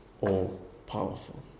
all-powerful